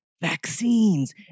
vaccines